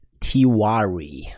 Tiwari